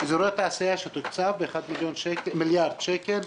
אזורי תעשייה שתוקצב ב-1 מיליארד שקל,